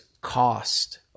cost